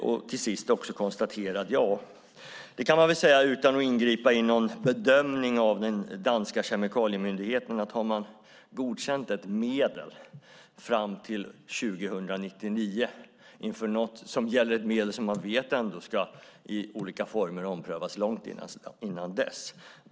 Jag kan till sist konstatera att vi väl utan att ingripa i någon bedömning av den danska kemikaliemyndigheten kan undra lite över att man har godkänt ett medel fram till 2099. Det gäller ett medel man vet ändå ska omprövas långt i olika former innan dess.